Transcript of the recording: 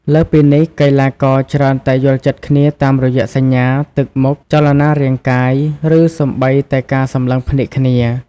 លើសពីនេះ កីឡាករច្រើនតែយល់ចិត្តគ្នាតាមរយៈសញ្ញា ទឹកមុខ ចលនារាងកាយ ឬសូម្បីតែការសម្លឹងភ្នែកគ្នា។